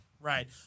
right